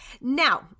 Now